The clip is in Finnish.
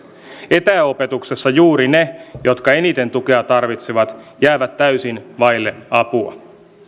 etäopetuksessa juuri ne jotka eniten tukea tarvitsevat jäävät täysin vaille apua